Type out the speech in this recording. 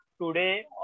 today